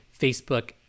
Facebook